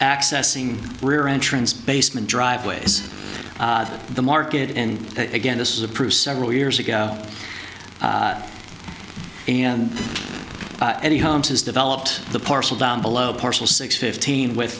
accessing rear entrance basement driveways the market in again this is a proof several years ago in any homes has developed the parcel down below partial six fifteen with